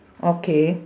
okay